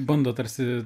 bando tarsi